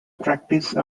practice